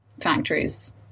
factories